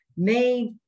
made